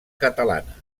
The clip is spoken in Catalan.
catalana